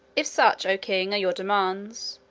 if such, o king, are your demands,